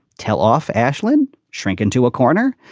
tell off ashlyn shrink into a corner.